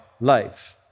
life